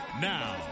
Now